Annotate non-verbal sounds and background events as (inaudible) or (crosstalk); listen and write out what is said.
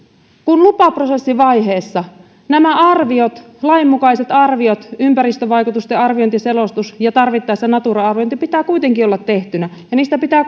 kun lupaprosessivaiheessa näiden arvioiden lainmukaiset arviot ympäristövaikutusten arviointiselostus ja tarvittaessa natura arviointi pitää kuitenkin olla tehtynä ja niistä pitää (unintelligible)